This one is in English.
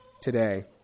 today